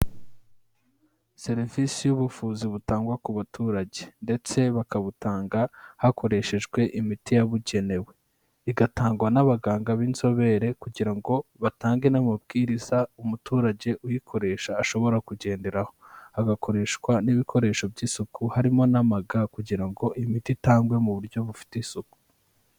Serivisi y'ubuvuzi butangwa ku baturage ndetse bakabutanga hakoreshejwe imiti yabugenewe. Igatangwa n'abaganga b'inzobere kugira ngo batange n'amabwiriza umuturage uyikoresha ashobora kugenderaho. Hagakoreshwa n'ibikoresho by'isuku, harimo n'amaga kugira ngo imiti itangwe mu buryo bufite isuku.